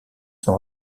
sont